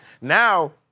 Now